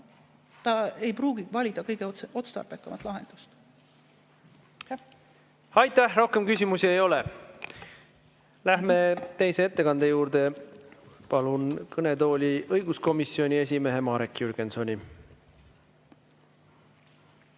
ta ei pruugi valida kõige otstarbekamat lahendust. Aitäh! Rohkem küsimusi ei ole. Lähme teise ettekande juurde. Palun kõnetooli õiguskomisjoni esimehe Marek Jürgensoni.